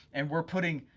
and we're putting,